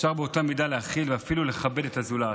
אפשר באותה מידה להכיל ואפילו לכבד את הזולת.